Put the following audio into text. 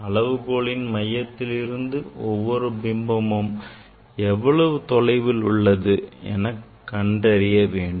அளவுகோலின் மையத்திலிருந்து ஒவ்வொரு பிம்பமும் எவ்வளவு தொலைவில் உள்ளது என்பதை கண்டறிய வேண்டும்